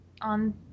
on